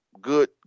good